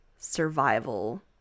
survival